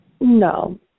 No